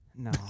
No